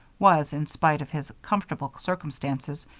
was, in spite of his comfortable circumstances,